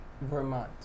Vermont